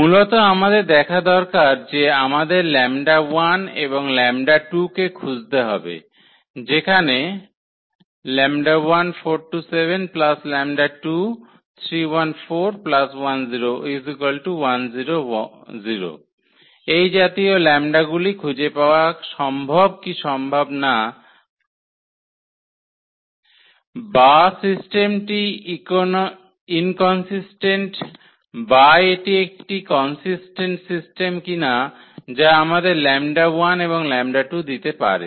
মূলত আমাদের দেখা দরকার যে আমাদের 𝜆1 এবং 𝜆2 কে খুঁজতে হবে যেখানে এই জাতীয় ল্যাম্বডাগুলি খুঁজে পাওয়া সম্ভব কি সম্ভব না বা সিস্টেমটি ইনকনসিস্টেন্ট বা এটি একটি কনসিস্টেন্ট সিস্টেম কিনা যা আমাদের 𝜆1 এবং 𝜆2 দিতে পারে